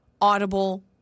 audible